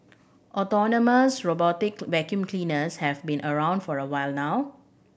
autonomous robotic vacuum cleaners have been around for a while now